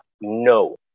No